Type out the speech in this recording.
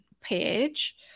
page